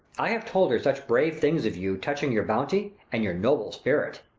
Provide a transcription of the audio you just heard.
i have told her such brave things of you, touching your bounty, and your noble spirit